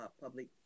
public